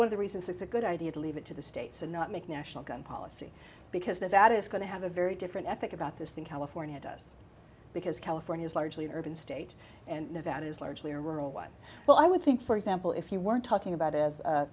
one of the reasons it's a good idea to leave it to the states and not make national gun policy because nevada is going to have a very different ethic about this than california does because california is largely an urban state and nevada is largely a rural one but i would think for example if you were talking about as